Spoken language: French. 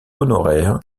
honoraire